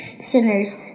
sinners